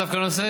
זה דווקא נושא,